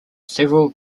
several